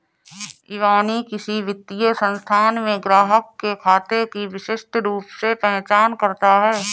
इबानी किसी वित्तीय संस्थान में ग्राहक के खाते की विशिष्ट रूप से पहचान करता है